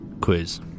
quiz